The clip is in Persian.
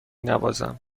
نوازم